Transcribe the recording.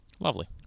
Lovely